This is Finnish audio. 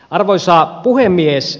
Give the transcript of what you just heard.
arvoisa puhemies